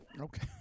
Okay